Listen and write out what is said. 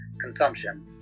consumption